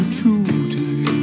today